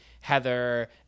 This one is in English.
Heather